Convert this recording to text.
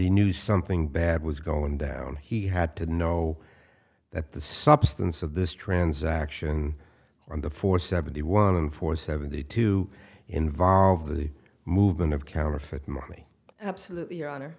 he knew something bad was going down he had to know that the substance of this transaction on the four seventy one four seventy two involve the movement of counterfeit money absolutely